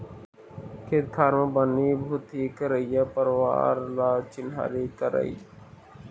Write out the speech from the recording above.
खेत खार म बनी भूथी करइया परवार ल चिन्हारी करई